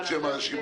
את שם הרשימה?